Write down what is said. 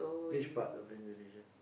which part of Indonesia